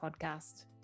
podcast